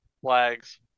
flags